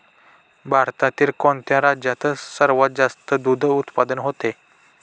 भारतातील कोणत्या राज्यात सर्वात जास्त दूध उत्पादन होते?